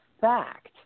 fact